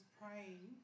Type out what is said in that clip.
praying